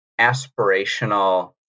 aspirational